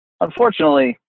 Unfortunately